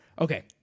okay